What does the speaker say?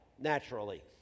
naturally